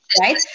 right